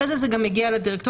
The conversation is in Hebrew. אחר כך זה גם מגיע לדירקטוריון,